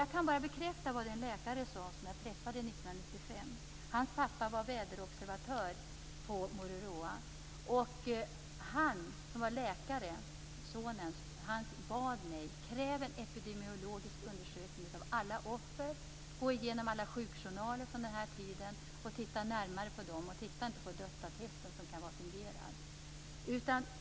Jag kan bara bekräfta vad den läkare sade som jag träffade 1995. Hans pappa var väderobservatör på Mururoa. Läkaren, sonen, bad mig att kräva en epidemiologisk undersökning av alla offer. Han sade: Gå igenom alla sjukjournaler från den här tiden och titta närmare på dem i stället för på dödsattesterna, som kan vara fingerade!